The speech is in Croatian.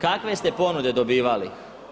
Kakve ste ponude dobivali?